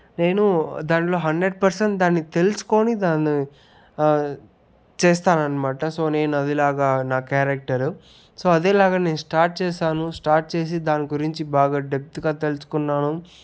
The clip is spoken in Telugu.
నేను దానిలో హండ్రెడ్ పర్సెంట్ దాన్ని తెలుసుకొని దాన్ని చేస్తాననమాట సో నేను అదేలాగా నా క్యారెక్టరు సో అదేలాగా నేను స్టార్ట్ చేశాను స్టార్ట్ చేసి దాని గురించి బాగా డెప్త్ గా తెలుసుకున్నాను